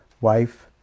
wife